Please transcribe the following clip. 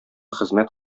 хезмәт